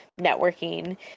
networking